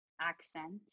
accent